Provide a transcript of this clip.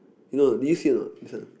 you know do you see or not this one